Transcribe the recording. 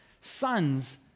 sons